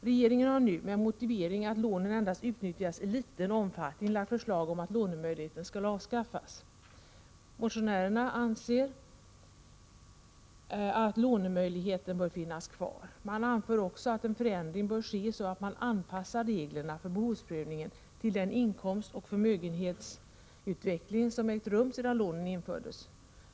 Regeringen har nu, med motivering att lånen endast utnyttjas i liten omfattning, lagt förslag om att lånemöjligheten skall avskaffas. Motionärerna anser, att lånemöjligheten bör finnas kvar. Man anför också att en förändring bör ske så att reglerna för behovsprövningen anpassas till den inkomstoch förmögenhetsutveckling som ägt rum sedan lånen infördes.